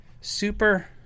super